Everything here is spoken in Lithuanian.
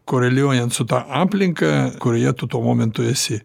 koreliuojant su ta aplinka kurioje tu tuo momentu esi